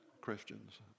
Christians